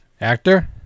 Actor